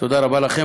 תודה רבה לכם.